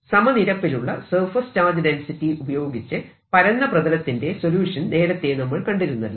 സമനിരപ്പിലുള്ള surface charge density ഉപയോഗിച്ച് പരന്ന പ്രതലത്തിന്റെ സൊല്യൂഷൻ നേരത്തെ നമ്മൾ കണ്ടിരുന്നല്ലോ